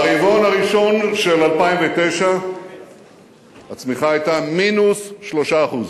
ברבעון הראשון של 2009 הצמיחה היתה מינוס 3%,